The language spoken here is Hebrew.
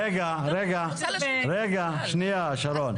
רגע, שנייה שרון.